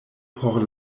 por